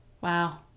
Wow